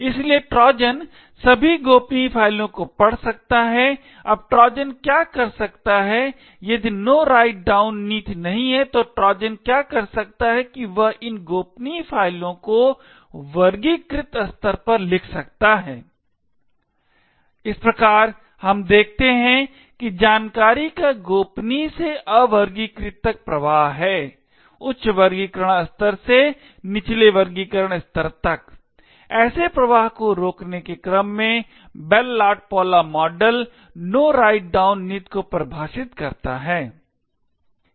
इसलिए ट्रोजन सभी गोपनीय फाइलों को पढ़ सकता है अब ट्रोजन क्या कर सकता है यदि No Write Down नीति नहीं है तो ट्रोजन क्या कर सकता है कि वह इन गोपनीय फाइलों को वर्गीकृत स्तर पर लिख सकता है इस प्रकार हम देखते हैं कि जानकारी का गोपनीय से अवर्गीकृत तक प्रवाह है उच्च वर्गीकरण स्तर से निचले वर्गीकरण स्तर तक ऐसे प्रवाह को रोकने के क्रम में bell लाडपूला model No Write Down नीति को परिभाषित करता है